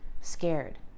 scared